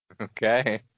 Okay